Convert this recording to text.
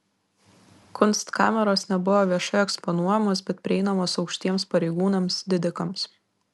kunstkameros nebuvo viešai eksponuojamos bet prieinamos aukštiems pareigūnams didikams